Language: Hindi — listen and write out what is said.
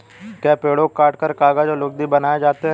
क्या पेड़ों को काटकर कागज व लुगदी बनाए जाते हैं?